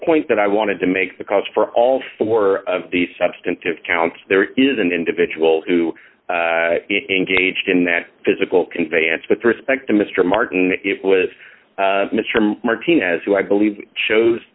point that i wanted to make the calls for all four of the substantive counts there is an individual who engaged in that physical conveyance with respect to mr martin it was mr martinez who i believe shows